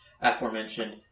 aforementioned